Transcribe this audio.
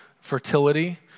fertility